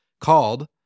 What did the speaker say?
called